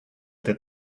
that